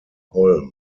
holm